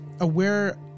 aware